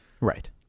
Right